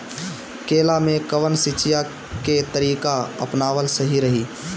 केला में कवन सिचीया के तरिका अपनावल सही रही?